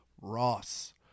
Ross